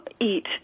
eat